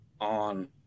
on